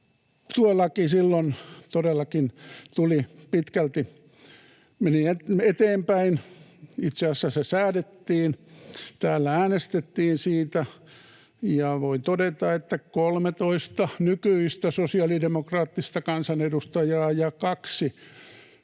Tuo laki silloin todellakin meni pitkälti eteenpäin, itse asiassa se säädettiin. Täällä äänestettiin siitä, ja voin todeta, että 13 nykyistä sosiaalidemokraattista kansanedustajaa ja kaksi